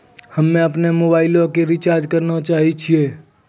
हम्मे अपनो मोबाइलो के रिचार्ज करना चाहै छिये